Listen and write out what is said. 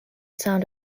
sound